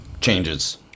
changes